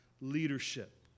Leadership